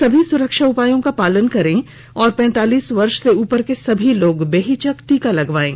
सभी सुरक्षा उपायों का पालन करें और पैंतालीस वर्ष से उपर को सभी लोग बेहिचक टीका लगवायें